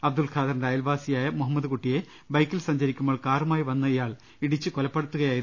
അബ്ദുൾ ഖാദറിന്റെ അയൽവാസി യായ മൂഹമ്മദ് കുട്ടിയെ ബൈക്കിൽ സഞ്ചരിക്കുമ്പോൾ കാറു മായി വന്നഇയാൾ ഇടിച്ച് കൊലപ്പെടുത്തുകയായിരുന്നു